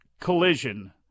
Collision